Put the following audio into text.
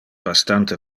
bastante